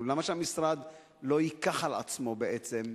למה שהמשרד לא ייקח על עצמו, בעצם?